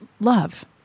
love